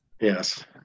Yes